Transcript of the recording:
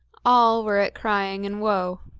all were at crying and woe.